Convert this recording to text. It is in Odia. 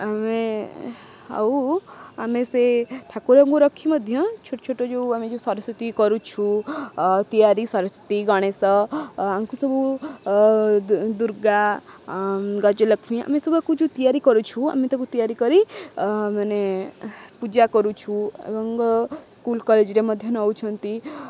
ଆମେ ଆଉ ଆମେ ସେ ଠାକୁରଙ୍କୁ ରଖି ମଧ୍ୟ ଛୋଟ ଛୋଟ ଯେଉଁ ଆମେ ଯେଉଁ ସରସ୍ଵତୀ କରୁଛୁ ତିଆରି ସରସ୍ଵତୀ ଗଣେଶ ଆଙ୍କୁ ସବୁ ଦୁର୍ଗା ଗଜଲକ୍ଷ୍ମୀ ଆମେ ସବୁ ୟାକୁ ଯେଉଁ ତିଆରି କରୁଛୁ ଆମେ ତାକୁ ତିଆରି କରି ମାନେ ପୂଜା କରୁଛୁ ଏବଂ ସ୍କୁଲ କଲେଜରେ ମଧ୍ୟ ନଉଛନ୍ତି